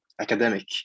academic